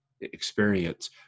experience